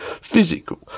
physical